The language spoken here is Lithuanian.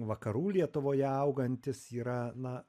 vakarų lietuvoje augantis yra na